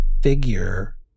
figure